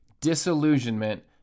disillusionment